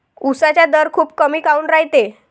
उसाचा दर खूप कमी काऊन रायते?